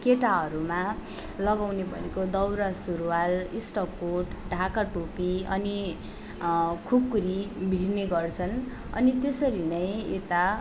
केटाहरूमा लगाउने भनेको दौरा सुरुवाल इस्टकोट ढाका टोपी अनि खुकुरी भिर्ने गर्छन् अनि त्यसरी नै यता